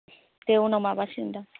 दे उनाव माबासिगोनदां